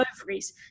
ovaries